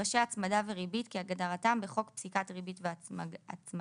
הפרשי הצמדה וריבית כהגדרת בחוק פסיקת ריבית והצמדה,